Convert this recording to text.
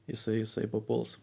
jisai jisai papuls